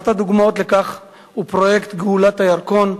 אחד הפתרונות לכך הוא פרויקט גאולת הירקון,